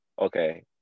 okay